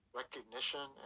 recognition